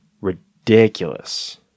ridiculous